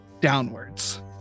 downwards